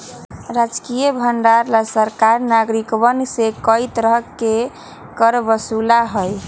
राजकीय भंडार ला सरकार नागरिकवन से कई तरह के कर वसूला हई